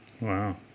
Wow